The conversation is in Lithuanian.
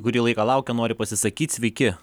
kurį laiką laukia nori pasisakyt sveiki